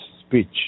speech